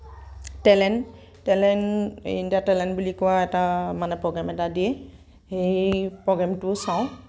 talent talent in the talent বুলি কোৱা এটা মানে প্ৰগ্ৰেম এটা দিয়ে সেই প্ৰগ্ৰেমটো চাওঁ